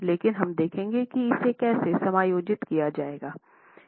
लेकिन हम देखेंगे कि इसे कैसे समायोजित किया जाएगा